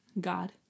God